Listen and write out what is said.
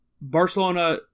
Barcelona